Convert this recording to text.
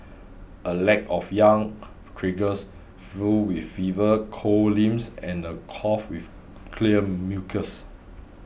a lack of yang triggers flu with fever cold limbs and a cough with clear mucus